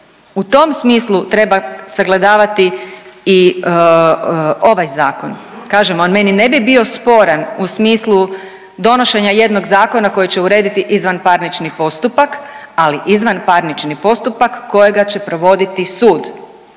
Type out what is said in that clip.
U tom smislu treba sagledavati i ovaj zakon. Kažem, on meni ne bi bio sporan u smislu donošenja jednog zakona koji će urediti izvanparnični postupak, ali izvanparnični postupak kojega će provoditi sud.